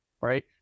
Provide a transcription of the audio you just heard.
right